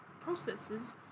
Processes